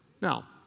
now